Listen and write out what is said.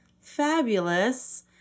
fabulous